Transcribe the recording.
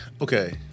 okay